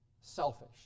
selfish